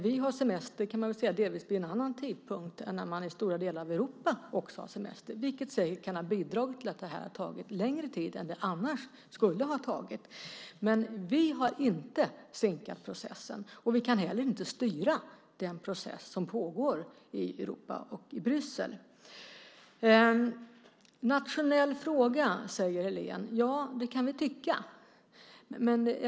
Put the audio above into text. Vi har semester vid en delvis annan tidpunkt än vad man har i stora delar av Europa, vilket kan ha bidragit till att det här tagit längre tid än det annars skulle ha gjort. Men vi har inte sinkat processen. Vi kan heller inte styra den process som pågår i Europa och i Bryssel. Det är en nationell fråga säger Helene. Ja, det kan man tycka.